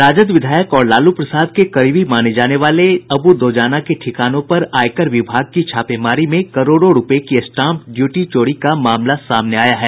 राजद विधायक और लालू प्रसाद के करीबी माने जाने वाले अब् दोजाना के ठिकानों पर आयकर विभाग की छापेमारी में करोड़ों रूपये की स्टांप ड्यूटी चोरी का मामला सामने आया है